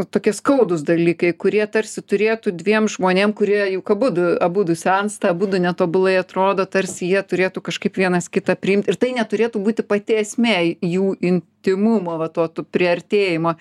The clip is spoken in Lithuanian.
tokie skaudūs dalykai kurie tarsi turėtų dviem žmonėm kurie juk abudu abudu sensta abudu netobulai atrodo tarsi jie turėtų kažkaip vienas kitą priimti ir tai neturėtų būti pati esmė jų intymumo va to tu priartėjimo